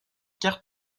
carte